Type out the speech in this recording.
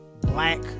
black